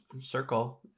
Circle